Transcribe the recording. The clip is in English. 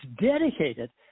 dedicated